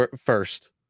first